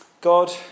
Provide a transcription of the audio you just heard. God